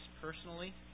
personally